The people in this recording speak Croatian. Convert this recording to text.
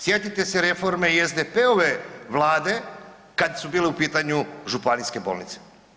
Sjetite se reforme i SDP-ove Vlade kad su bile u pitanju županijske bolnice.